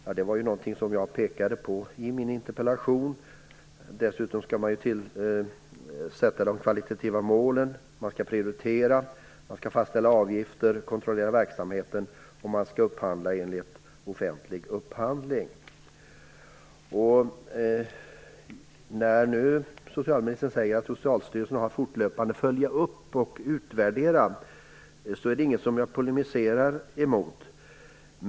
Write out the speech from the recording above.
Detta var ju något som jag pekade på i min interpellation. Dessutom skall man sätta kvalitativa mål, prioritera, fastställa avgifter, kontrollera verksamheten och man skall upphandla i enlighet med vad som gäller vid offentlig upphandling. Att socialministern nu säger att Socialstyrelsen fortfarande har att följa upp och utvärdera är inget som jag polemiserar mot.